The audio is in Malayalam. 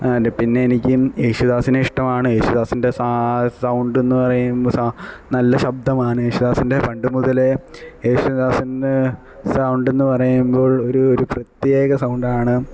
പിന്നെ എനിക്കും യേശുദാസിനെ ഇഷ്ടമാണ് യേശുദാസിന്റെ സ സൗണ്ട് എന്ന് പറയുന്നത് നല്ല ശബ്ദമാണ് യേശുദാസിന്റെ പണ്ട് മുതലേ യേശുദാസിന്റെ സൗണ്ട് എന്ന് പറയുമ്പോള് ഒരു പ്രത്യേക സൗണ്ടാണ്